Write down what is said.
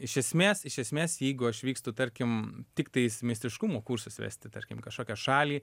iš esmės iš esmės jeigu aš vykstu tarkim tiktais meistriškumo kursus vesti tarkim į kažkokią šalį